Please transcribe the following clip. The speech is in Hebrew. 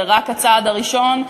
זה רק הצעד הראשון,